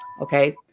Okay